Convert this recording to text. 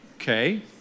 okay